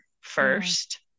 first